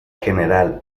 general